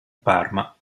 parma